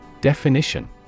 Definition